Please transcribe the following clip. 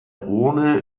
urne